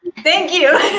thank you.